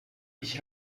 ich